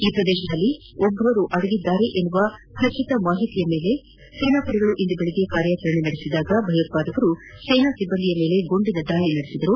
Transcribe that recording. ಈ ಪ್ರದೇಶದಲ್ಲಿ ಭಯೋತ್ವಾದಕರು ಅಡಗಿದ್ದಾರೆಂಬ ಮಾಹಿತಿ ಮೇರೆಗೆ ಸೇನಾಪಡೆಗಳು ಇಂದು ಬೆಳಗ್ಗೆ ಕಾರ್ಯಾಚರಣೆ ನಡೆಸಿದಾಗ ಭಯೋತ್ವಾದಕರು ಸೇನಾ ಸಿಬ್ಬಂದಿ ಮೇಲೆ ಗುಂಡಿನ ದಾಳಿ ನಡೆಸಿದರು